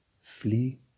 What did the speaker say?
flee